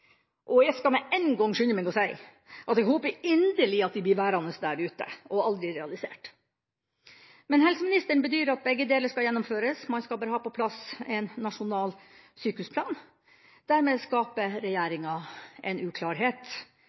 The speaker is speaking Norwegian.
og jeg skal med en gang skynde meg og si at jeg håper inderlig at de blir værende der ute og aldri realisert. Men helseministeren bedyrer at begge deler skal gjennomføres; man skal bare ha på plass en nasjonal sykehusplan. Dermed skaper regjeringa en uklarhet